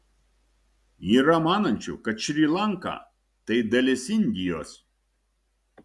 yra manančių kad šri lanka tai dalis indijos